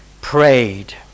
prayed